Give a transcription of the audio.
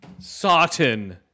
Sawton